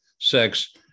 sex